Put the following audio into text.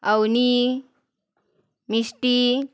Avni Mishti